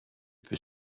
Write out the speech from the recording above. peut